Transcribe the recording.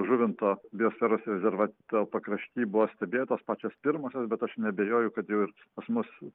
žuvinto biosferos rezervato pakrašty buvo stebėtos pačios pirmosios bet aš neabejoju kad jau ir pas mus